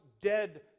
Dead